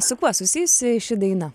su kuo susijusi ši daina